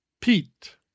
Pete